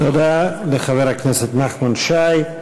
תודה לחבר הכנסת נחמן שי.